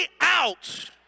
out